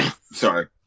Sorry